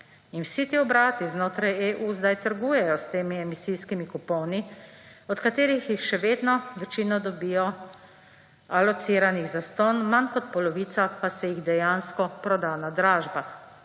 vsi ti obrati znotraj EU zdaj trgujejo s temi emisijskimi kuponi, od katerih jih še vedno večino dobijo alociranih zastonj, manj kot polovica pa se jih dejansko proda na dražbah.